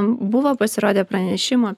buvo pasirodę pranešimų